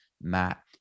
Matt